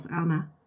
Anna